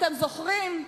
אתם זוכרים?